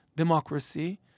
democracy